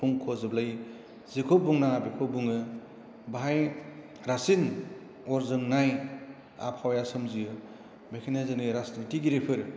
बुंखजोबलाययो जेखौ बुंनाङा बेखौ बुङो बाहाय रासिन अर जोंनाय आबहावा सोमजियो बेखायनो जोंनि राजनिथिगिरिफोर